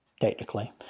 technically